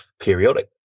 periodic